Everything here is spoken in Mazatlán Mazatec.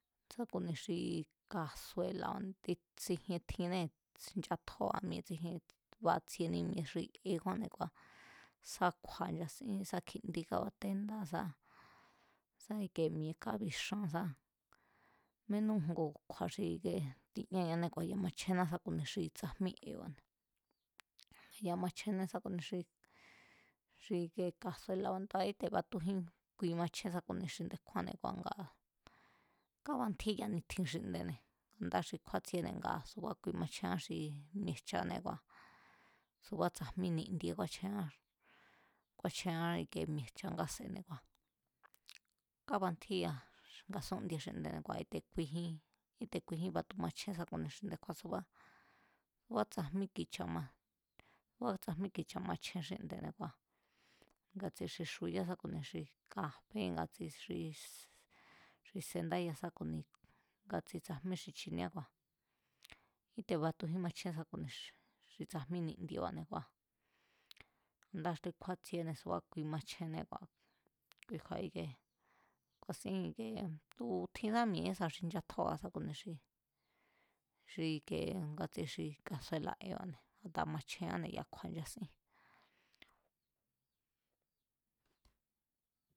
Saku̱ni xi kasuela̱ tsijien tjinnee̱ nchatjóa̱ mi̱e̱ tsijien batsieni mi̱e̱, xi e kjúánne̱ kua̱ sá kju̱a̱ nchasín sá kjindí kábaténdá sá, sá ike mi̱e̱ kábixan sá ménú ngu kju̱a̱ xi ike tiñáñanée̱ kua̱ ya̱ machjénna sa ku̱ni xi tsajmí eba̱ne̱ ya̱ machjénná sá ku̱ni xi, xi i̱ke̱ kasuela̱ba̱ne̱ tu̱a íte̱ batujín kui machjén sá ku̱nia nde̱kjúánne̱ kua̱ ngaa̱ kábantjíya ni̱tjin xinde̱ne̱ ndáa̱ xi kjúátsienée̱ ngaa̱ subá kui machjeán xi mi̱e̱jchanée̱ kua̱ subá tsajmí nindie kúáchjeánne̱ kúáchjeán ikie mi̱e̱jchá ngáse̱ne̱ ngua̱, kábantjíya nga̱sún'ndie xi nde̱ne̱ ngua̱ íte̱ kuijín, íte̱ kuijín matu machjén sá ku̱ni xi nde̱kjúán subá, subá tsajmí ki̱cha̱, suba tsajmí ki̱cha̱ machjen xínde̱ne̱ kua̱ ngatsi xi xuyá sá ku̱nia xi kafé ngatsi xi sendáya sá ku̱ni ngatsi tsajmí xi chinieá kua̱ íte̱ batujín machjen sá ku̱ni xi tsajmí nindie ba̱ne̱ kua̱ ndáa̱ xi kjúátsiene subá kui machjenné kua̱ kui kju̱a̱ ikie ku̱a̱sín ikie tu̱tjinsá mi̱e̱ ísa xi nchatjóa̱ sá ku̱ni xi, xi i̱ke ngatsi xi kasuela̱ eba̱ne̱ a̱ta̱ nga machjeánne̱ ya̱a kju̱a̱ nchasín.